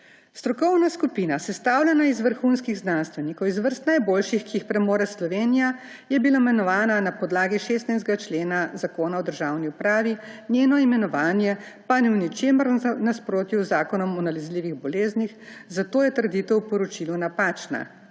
Strokovna skupina, sestavljena iz vrhunskih znanstvenikov iz vrst najboljših, ki jih premore Slovenija, je bila imenovana na podlagi 16. člena Zakona o državni upravi, njeno imenovanje pa ni v ničemer v nasprotju z Zakonom o nalezljivih boleznih, zato je trditev v poročilu napačna.